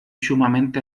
sumamente